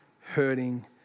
hurting